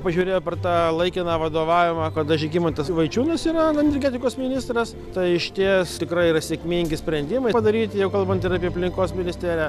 pažiūrėję per tą laikiną vadovavimą kada žygimantas vaičiūnas yra energetikos ministras tai išties tikrai yra sėkmingi sprendimai padaryti jau kalbant ir apie aplinkos ministeriją